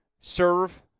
Serve